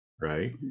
right